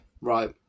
right